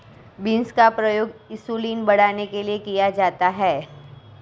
beans का प्रयोग insulin बढ़ाने के लिए किया जाता है